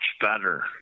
better